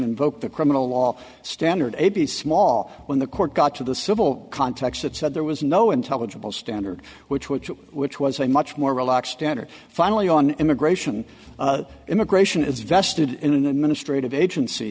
invoke the criminal law standard a b small on the court got to the civil context that said there was no intelligible standard which was which was a much more relaxed standard finally on immigration immigration is vested in an administrative agency